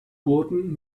booten